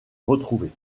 retrouvé